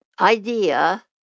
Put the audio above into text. idea